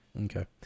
Okay